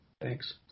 Thanks